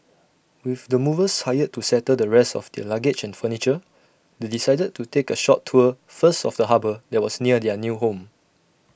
with the movers hired to settle the rest of their luggage and furniture they decided to take A short tour first of the harbour that was near their new home